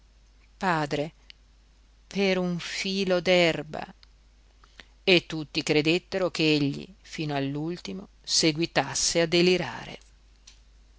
padre per un filo d'erba e tutti credettero ch'egli fino all'ultimo seguitasse a delirare